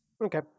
Okay